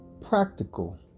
practical